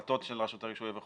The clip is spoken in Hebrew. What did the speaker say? של הכשרה של בנייה וכדומה.